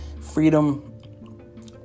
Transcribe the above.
freedom